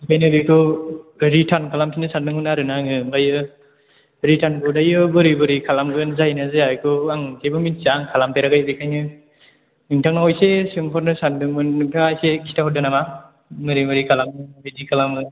बेखायनो बेखौ रिटार्न खालामफिननो सानदोंमोन आरो ना आङो ओमफ्राय रिटार्न हरनायाव बोरै बोरै खालामगोन जायोना जाया बेखौ आं जेबो मोनथिया खालामफेराखै बेखायनो नोंथांनाव एसे सोंहरनो सान्दोंमोन नोंथाङा एसे खिथाहरदो नामा माबोरै माबोरै खालामो माबायदि खालामो